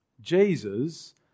Jesus